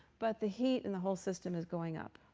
but the heat in the whole system is going up.